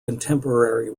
contemporary